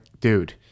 Dude